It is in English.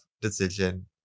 decision